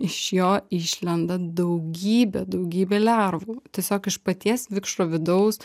iš jo išlenda daugybė daugybė lervų tiesiog iš paties vikšro vidaus